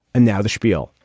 and now the shpiel,